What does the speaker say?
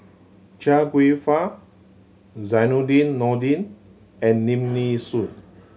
Chia Kwek Fah Zainudin Nordin and Lim Nee Soon